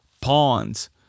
pawns